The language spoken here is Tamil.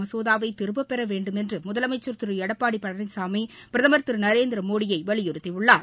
ம்சோதாவை திரும்பப் பெற வேண்டுமென்று முதலமைச்சர் திரு எடப்பாடி பழனிசாமி பிரதமர் திரு நநேரந்திர மோடியை வலியுறுத்தியுள்ளார்